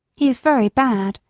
he is very bad,